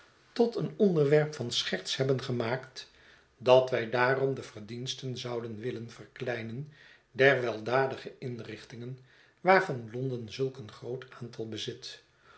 tot een onderwerp van scherts hebben gemaakt dat wij daarom de verdiensten zouden willen verkleinen der weldadige inrichtingen waarvan londen zulk een groot aantal bezit